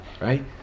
right